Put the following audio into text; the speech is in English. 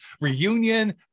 reunion